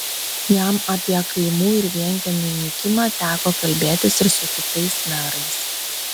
jam apie kaimų ir vienkiemių nykimą teko kalbėtis ir su kitais merais